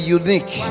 unique